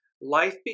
life